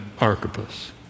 Archippus